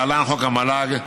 להלן: חוק המל"ג,